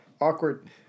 awkward